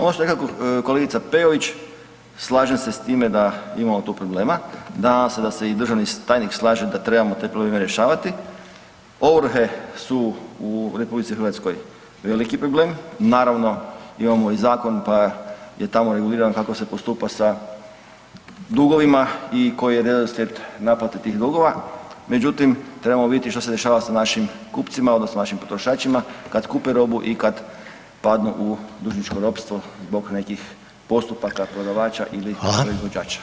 Ovo što je rekla kolegica Peović, slažem se s time da imamo tu problema, nadam se da se i državni tajnik slaže da trebamo te probleme rješavati, ovrhe su u RH veliki problem, naravno imamo i zakon pa je tamo regulirano kako se postupa sa dugovima i koji je redoslijed naplate tih dugova, međutim trebamo vidjeti što se dešava sa našim kupcima odnosno našim potrošačima kad kupe robu i kad padnu u dužničko ropstvo zbog nekih postupaka prodavača i … i proizvođača.